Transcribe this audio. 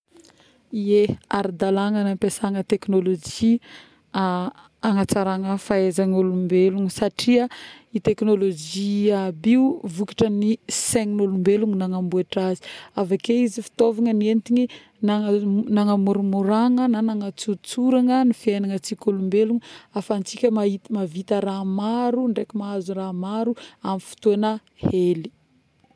Ie ara-dalagna ny ampiasagna teknolojy˂hesitation˃ hanatsaragna ny fahaizagn'olombelogno satria io teknolojy aby io vokatrign'ny saign'olombelogno nagnamboatra azy, aveke izy fitaovagna nentigny nagnamoramoragna na nanatsotsoragna ny fiaignantsika olombelogno afahantsika mavita raha maro ndraiky mahazo raha maro amin'ny fotôgna hely